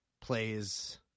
plays